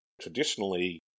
traditionally